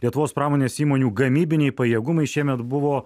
lietuvos pramonės įmonių gamybiniai pajėgumai šiemet buvo